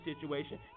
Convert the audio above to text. situation